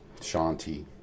shanti